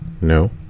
No